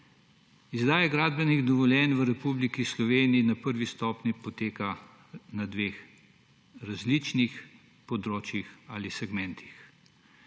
Izdaja gradbenih dovoljenj v Republiki Sloveniji na prvi stopnji poteka na dveh različnih področjih ali segmentih.